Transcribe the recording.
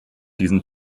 diesen